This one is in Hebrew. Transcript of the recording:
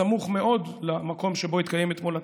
סמוך מאוד למקום שבו התקיים אתמול הטקס,